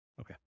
Okay